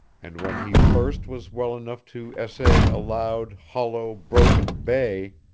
and when he first was well enough to essay a loud, hollow, broken bay,